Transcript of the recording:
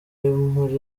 muri